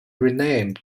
renamed